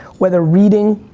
weather reading,